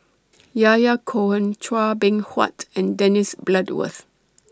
Yahya Cohen Chua Beng Huat and Dennis Bloodworth